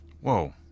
Whoa